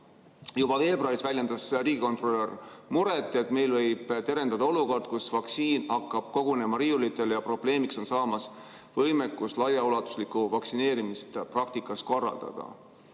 Juba veebruaris väljendas riigikontrolör muret, et meil võib terendada olukord, kus vaktsiin hakkab kogunema riiulitele ja probleemiks on saamas võimekus laiaulatuslikku vaktsineerimist praktikas korraldada.